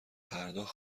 پرداخت